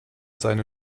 seine